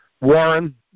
Warren